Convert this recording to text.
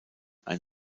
ein